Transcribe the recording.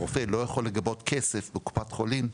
רופא לא יכול לגבות כסף, בקופת חולים,